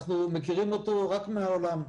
אנחנו מכירים אותו רק מהעולם.